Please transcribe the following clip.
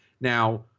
Now